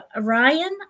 Ryan